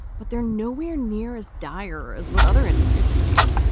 but they're nowhere near as dire as what other industries are seeing.